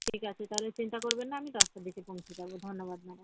ঠিক আছে তাহলে চিন্তা করবেন না আমি দশটার দিকে পৌঁছে যাবো ধন্যবাদ ম্যাডাম